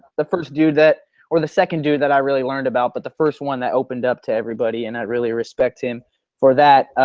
the first dude that or the second dude that i really learned about but the first one that opened up to everybody and i really respect him for that.